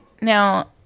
Now